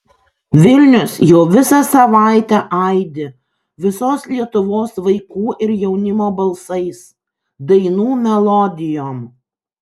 vilnius jau visą savaitę aidi visos lietuvos vaikų ir jaunimo balsais dainų melodijom